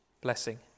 blessing